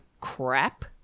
crap